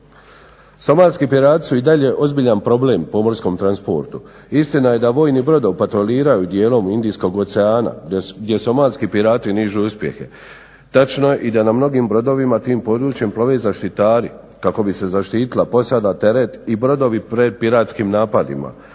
Somalski pirati su i dalje ozbiljan problem u pomorskom transportu. Istina je da vojni brodovi patroliraju dijelom Indijskog oceana gdje somalski pirati nižu uspjehe. Točno je i da na mnogim brodovima tim područjem plove zaštitari kako bi se zaštitila posada, teret i brodovi pred piratskim napadima.